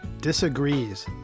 disagrees